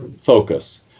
focus